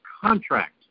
contract